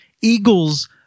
Eagles